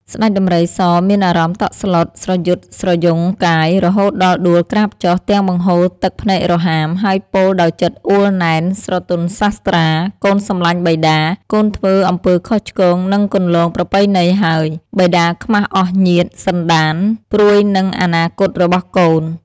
ស្តេចដំរីសមានអារម្មណ៏តក់ស្លុតស្រយុតស្រយង់កាយ រហូតដល់ដួលក្រាបចុះ ទាំងបង្ហូរទឹកភ្នែករហាម ហើយពោលដោយចិត្តអួលណែន ស្រទន់សាស្ត្រា កូនសម្លាញ់បិតា កូនធ្វើអំពើខុសឆ្គងនឹងគន្លងប្រពៃណីហើយ បិតាខ្មាស់អស់ញាតិ សន្តាន ព្រួយនឹងអនាគតរបស់កូន ។